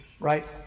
Right